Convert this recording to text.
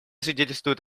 свидетельствует